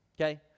Okay